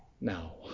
now